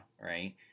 right